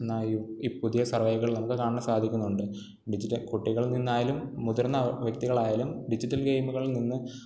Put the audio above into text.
എന്നാലും ഇ പുതിയ സർവേകളിൽ നമുക്ക് കാണാൻ സാധിക്കുന്നുണ്ട് ഡിജിറ്റൽ കുട്ടികളിൽ നിന്നായാലും മുതിർന്ന വ്യക്തികളായാലും ഡിജിറ്റൽ ഗെയിമുകളിൽ നിന്ന്